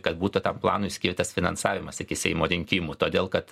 kad būtų tam planui skirtas finansavimas iki seimo rinkimų todėl kad